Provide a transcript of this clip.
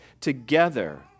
together